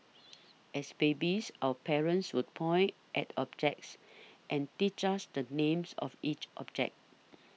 as babies our parents would point at objects and teach us the names of each object